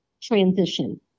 transition